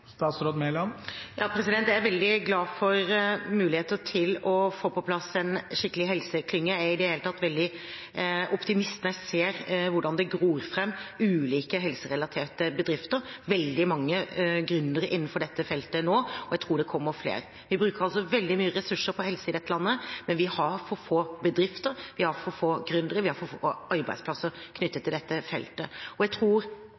Jeg er veldig glad for muligheter til å få på plass en skikkelig helseklynge – jeg er i det hele tatt veldig optimistisk når jeg ser hvordan det gror fram ulike helserelaterte bedrifter. Det er veldig mange gründere innenfor dette feltet nå, og jeg tror det kommer flere. Vi bruker veldig mange ressurser på helse i dette landet, men vi har for få bedrifter, vi har for få gründere, vi har for få arbeidsplasser knyttet